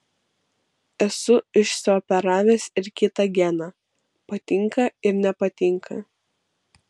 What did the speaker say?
esu išsioperavęs ir kitą geną patinka ir nepatinka